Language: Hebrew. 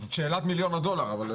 זאת שאלת מיליון הדולר.